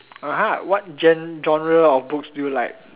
(uh huh) what gen~ genre of books do you like